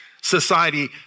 society